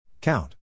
Count